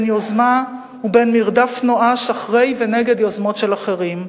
בין יוזמה ובין מרדף נואש אחרי ונגד יוזמות של אחרים.